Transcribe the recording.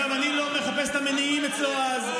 אגב, אני לא מחפש את המניעים בצורה הזאת.